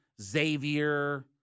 Xavier